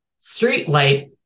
streetlight